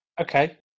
Okay